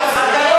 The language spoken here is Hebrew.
תתבייש